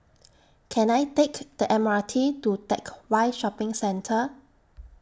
Can I Take The M R T to Teck Whye Shopping Centre